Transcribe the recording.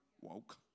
woke